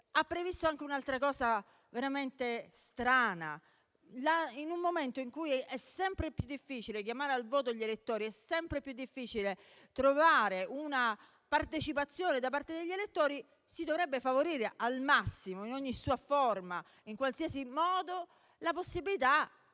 ha previsto anche un'altra cosa veramente strana: in un momento in cui è sempre più difficile chiamare al voto gli elettori e avere la loro partecipazione, si dovrebbe favorire al massimo, in ogni sua forma e in qualsiasi modo la possibilità